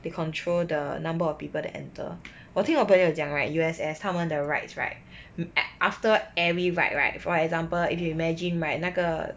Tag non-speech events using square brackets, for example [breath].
they control the number of people that enter [breath] 我听我朋友讲 right U_S_S 他们 the rides right at after every ride right for example if you imagine right 那个